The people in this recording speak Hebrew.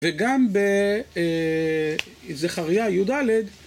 וגם בזכריה י"ד.